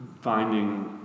finding